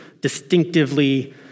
distinctively